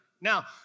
Now